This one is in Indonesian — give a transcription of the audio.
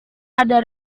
ada